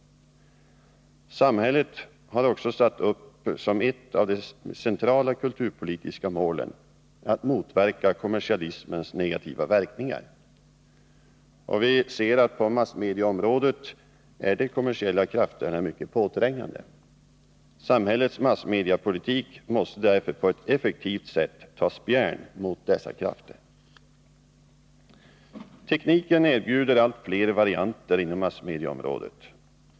Samhället har också satt upp som ett av de centrala kulturpolitiska målen att motverka kommersialismens negativa verkningar. Och vi ser att på massmediaområdet är de kommersiella krafterna mycket påträngande. Samhällets massmediapolitik måste därför på ett effektivt sätt ta spjärn mot dessa krafter. Nr 93 Tekniken erbjuder allt fler varianter inom massmediaområdet.